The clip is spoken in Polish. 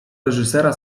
reżysera